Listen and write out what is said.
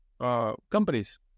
companies